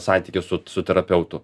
santyky su su terapeutu